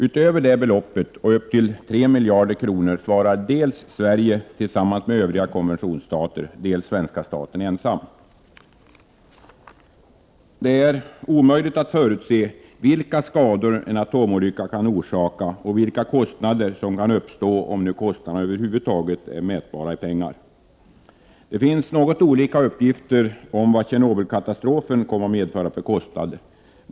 Utöver detta belopp och upp till 3 miljarder svarar dels Sverige tillsammans med övriga konventionsstater, dels svenska staten ensam. Det är omöjligt att förutse vilka skador en atomolycka kan orsaka och vilka kostnader som kan uppstå, om de över huvud taget är mätbara i pengar. Det finns något olika uppgifter om vad Tjernobylkatastrofen egentligen kom att medföra för kostnader.